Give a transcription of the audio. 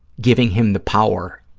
giving him the power